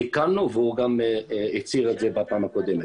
תיקנו והוא גם הצהיר את זה בפעם הקודמת.